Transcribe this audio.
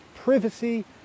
Privacy